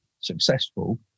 successful